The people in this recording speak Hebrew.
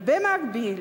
ובמקביל